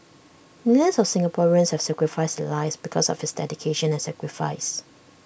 millions of Singaporeans have sacrifice their lives because of his dedication and sacrifice